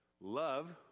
love